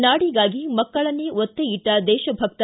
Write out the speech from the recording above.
ನಾಡಿಗಾಗಿ ಮಕ್ಕಳನ್ನೆ ಒತ್ತೆ ಇಟ್ಟ ದೇಶಭಕ್ತ